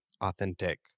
authentic